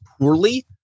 poorly